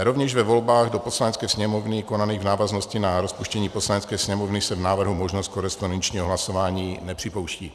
Rovněž ve volbách do Poslanecké sněmovny konaných v návaznosti na rozpuštění Poslanecké sněmovny se v návrhu možnost korespondenčního hlasování nepřipouští.